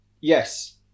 Yes